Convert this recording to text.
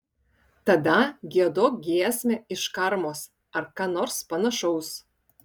tada giedok giesmę iš karmos ar ką nors panašaus